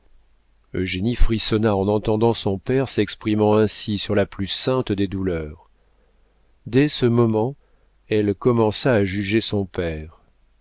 l'argent eugénie frissonna en entendant son père s'exprimant ainsi sur la plus sainte des douleurs dès ce moment elle commença à juger son père